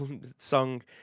song